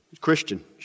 Christian